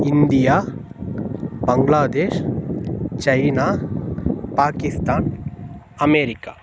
India Bangladesh China Pakistan America